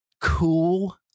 cool